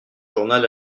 journal